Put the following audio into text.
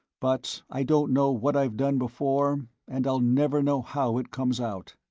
but i don't know what i've done before, and i'll never know how it comes out.